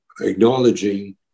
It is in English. acknowledging